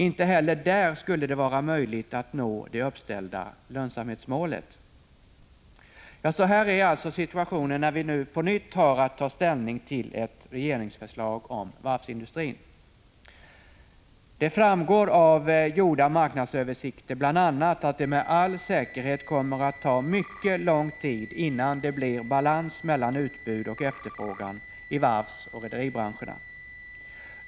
Inte heller där skulle det vara möjligt att nå det uppställda lönsamhetsmålet. Ja, så här är alltså situationen när vi nu på nytt har att ta ställning till ett regeringsförslag om varvsindustrin. Det framgår av gjorda marknadsöversikter, bl.a. att det med all säkerhet kommer att ta mycket lång tid, innan det blir balans mellan utbud och efterfrågan i varvsoch rederibranscherna.